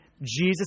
Jesus